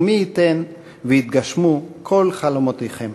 ומי ייתן ויתגשמו כל חלומותיכם"